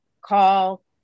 call